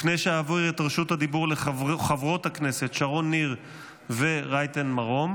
לפני שאעביר את רשות הדיבור לחברות הכנסת שרון ניר ורייטן מרום,